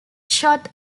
shot